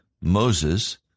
Moses